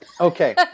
Okay